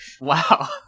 Wow